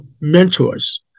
mentors